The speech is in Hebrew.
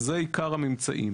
זה עיקר הממצאים.